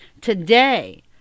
Today